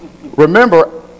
remember